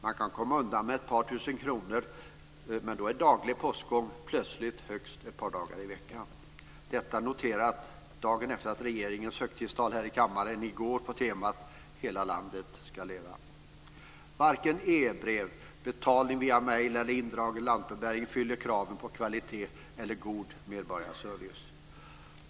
Man kan komma undan med ett par tusen kronor, men då är "daglig postgång" plötsligt högst ett par dagar i veckan - detta noterat efter regeringens högtidstal här i kammaren i går på temat "Hela landet ska leva". Varken e-brev, betalning via mejl eller indragen lantbrevbärning fyller kraven på kvalitet eller god medborgarservice.